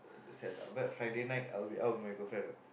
Sat~ Friday night I'll be out with my girlfriend what